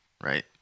Right